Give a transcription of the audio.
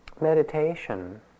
meditation